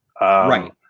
Right